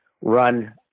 run